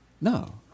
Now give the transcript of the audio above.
No